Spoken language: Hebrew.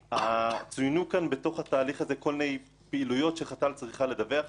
צוינו פה בתוך התהליך הזה כל מיני פעילויות שחת"ל צריכה לדווח עליהן.